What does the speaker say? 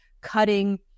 cutting